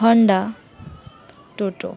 Honda টোটো